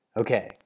Okay